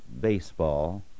baseball